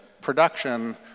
production